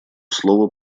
слова